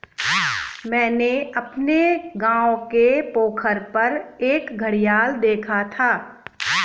मैंने अपने गांव के पोखर पर एक घड़ियाल देखा था